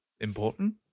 important